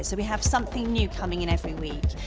so we have something new coming in every week.